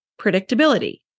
predictability